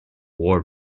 war